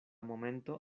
momento